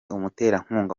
umuterankunga